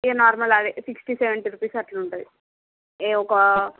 ఇక నార్మల్ అవే sixty seventy rupees అట్ల ఉంటుంది ఏ ఒక